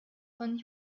von